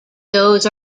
those